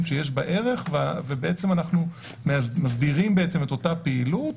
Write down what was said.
שיש בה ערך ואנחנו מסדירים את אותה פעילות,